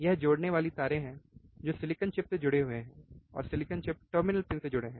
यह जोड़ने वाली तारे हैं जो सिलिकन चिप से जुड़े हुए हैं और सिलिकन चिप टर्मिनल पिन से जुड़े हैं